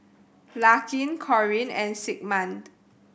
Larkin Corine and Sigmund